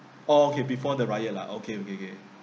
okay before the riot ah okay okay okay